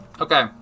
Okay